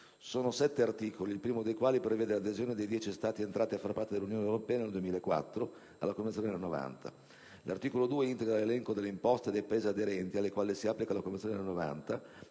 di sette articoli, il primo dei quali prevede l'adesione dei dieci Stati entrati a far parte dell'Unione europea nel 2004 alla Convenzione del 1990. L'articolo 2, comma 1, integra l'elenco delle imposte dei Paesi aderenti alle quali si applica la Convenzione del 1990,